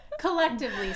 collectively